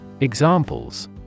Examples